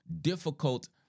Difficult